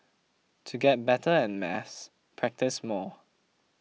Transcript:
to get better at maths practise more